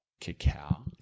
cacao